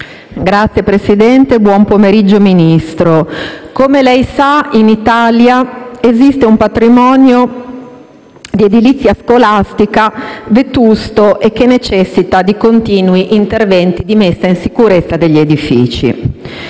finestra") *(M5S)*. Signor Ministro, come lei sa, in Italia esiste un patrimonio di edilizia scolastica vetusto, che necessita di continui interventi di messa in sicurezza degli edifici.